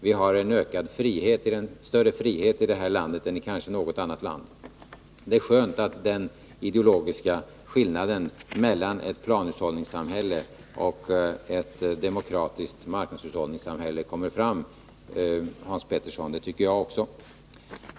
Vi har en större frihet i det här landet än i kanske något annat land. Det är skönt att den ideologiska skillnaden mellan ett planhushållningssamhälle och ett demokratiskt marknadshushållningssamhälle kommer fram, Hans Petersson i Hallstahammar. Det tycker jag också.